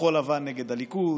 כחול לבן נגד הליכוד,